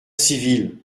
civile